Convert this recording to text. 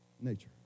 nature